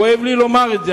כואב לי לומר את זה,